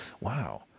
Wow